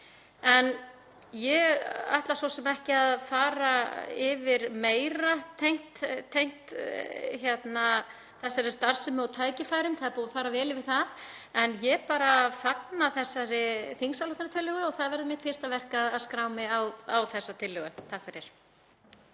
Ég ætla svo sem ekki að fara yfir meira tengt þessari starfsemi og tækifærum, það er búið að fara vel yfir það. En ég fagna þessari þingsályktunartillögu og það verður mitt fyrsta verk að skrá mig á hana.